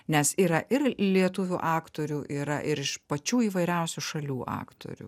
nes yra ir lietuvių aktorių yra ir iš pačių įvairiausių šalių aktorių